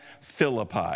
Philippi